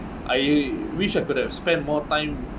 I wish I could have spent more time